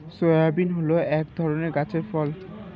soybean হল এক ধরনের গাছের ফল